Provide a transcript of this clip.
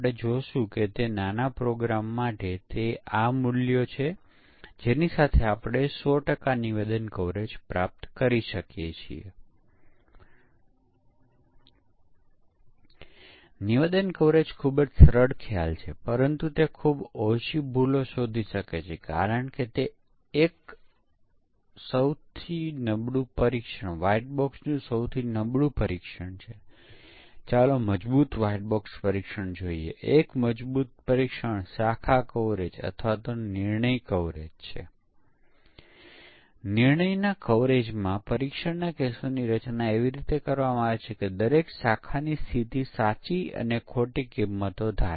આપણે ઘણી black box તકનીકોને જોશું પરંતુ એક વસ્તુ જે આ બધામાં સામાન્ય છે તે છે આપણે ડોમેનનું એક મોડેલ બનાવીએ છીએ કારણ કે ડેટા ડોમેન ખૂબ જ મોટું છે તમે ડોમેનને જોઈને બધા સંભવિત મૂલ્યો લેવા સિવાય ખરેખર તે અસરકારક રીતે ચકાસી શકતા નથી